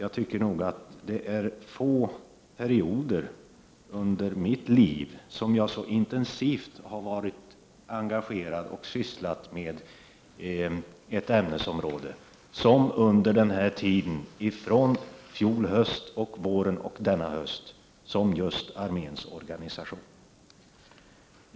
Under få perioder av mitt liv har jag så intensivt och engagerat sysslat med ett ämnesområde som under den här tiden — förra hösten, i våras och denna höst — då det gällt arméns organisation.